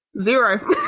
Zero